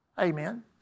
Amen